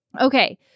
Okay